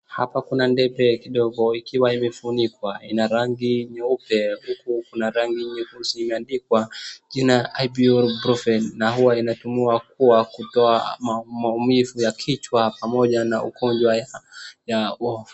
Hapa kuna debe kidogo ikiwa imefunikwa ina rangi nyeupe huku kuna rangi nyeusi imeandikwa jina ipion bruffen na huwa inatumiwa kutoa maumivu ya kichwa pamoja na ugonjwa ya.